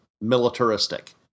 militaristic